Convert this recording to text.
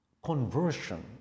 conversion